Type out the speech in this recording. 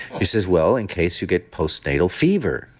he says, well, in case you get postnatal fever.